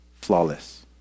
flawless